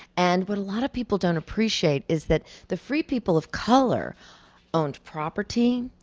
and what a lot of people don't appreciate is that the free people of color owned property,